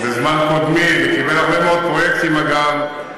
בזמן מקביל וקיבל הרבה מאוד פרויקטים, אגב,